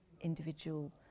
individual